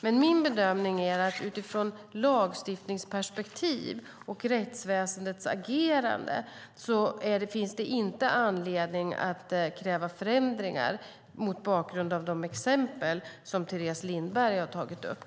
Men min bedömning är att det utifrån lagstiftningsperspektiv och rättsväsendets agerande inte finns någon anledning att kräva förändringar mot bakgrund av de exempel som Teres Lindberg har tagit upp.